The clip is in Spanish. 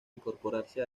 incorporarse